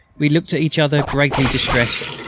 we looked at each other greatly distressed.